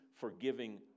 forgiving